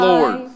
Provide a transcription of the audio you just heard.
Lord